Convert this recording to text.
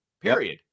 period